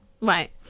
Right